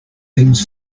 things